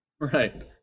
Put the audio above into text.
right